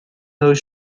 though